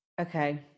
Okay